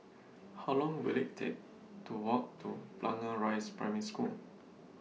How Long Will IT Take to Walk to Blangah Rise Primary School